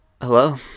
Hello